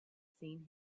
seen